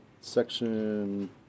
Section